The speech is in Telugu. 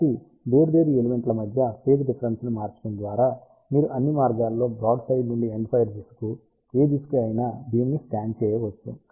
కాబట్టి వేర్వేరు ఎలిమెంట్ల మధ్య ఫేజ్ డిఫరెన్స్ ని మార్చడం ద్వారా మీరు అన్ని మార్గాల్లో బ్రాడ్సైడ్ నుండి ఎండ్ఫైర్ దిశకు ఏ దిశకు అయినా బీమ్ ని స్కాన్ చేయవచ్చు